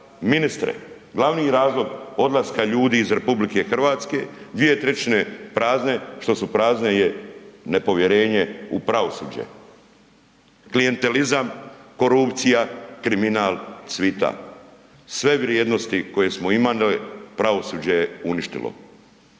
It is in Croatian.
ministre, glavni razlog odlaska ljudi iz RH 2/3 prazne, što su prazne, je nepovjerenje u pravosuđe. Klijentelizam, korupcija, kriminal cvita. Sve vrijednosti koje smo imali pravosuđe je uništilo.